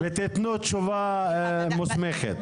ותיתנו תשובה מוסמכת.